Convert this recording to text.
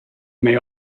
may